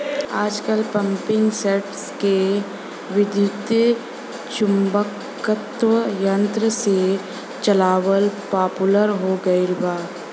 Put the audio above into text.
आजकल पम्पींगसेट के विद्युत्चुम्बकत्व यंत्र से चलावल पॉपुलर हो गईल बा